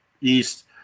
East